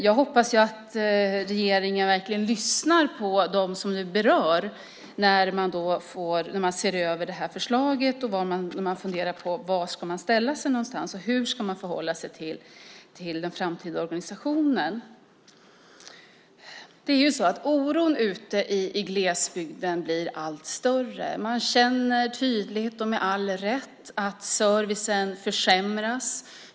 Jag hoppas att regeringen verkligen lyssnar på dem som det berör när man ser över förslaget och funderar på var man ska ställa sig och hur man ska förhålla sig till den framtida organisationen. Oron ute i glesbygden blir allt större. De känner tydligt och med all rätt att servicen försämras.